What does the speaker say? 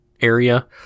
area